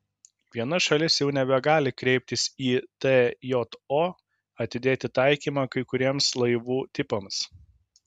viena šalis jau nebegali kreiptis į tjo atidėti taikymą kai kuriems laivų tipams